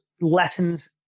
lessons